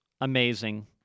Amazing